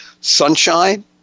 sunshine